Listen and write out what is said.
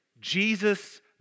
Jesus